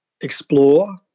explore